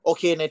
Okay